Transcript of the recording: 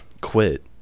quit